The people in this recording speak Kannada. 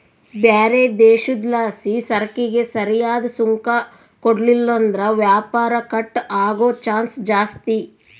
ಬ್ಯಾರೆ ದೇಶುದ್ಲಾಸಿಸರಕಿಗೆ ಸರಿಯಾದ್ ಸುಂಕ ಕೊಡ್ಲಿಲ್ಲುದ್ರ ವ್ಯಾಪಾರ ಕಟ್ ಆಗೋ ಚಾನ್ಸ್ ಜಾಸ್ತಿ